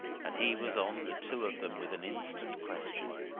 and he was on the two of them with an instant question.